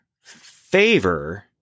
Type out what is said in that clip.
favor